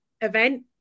event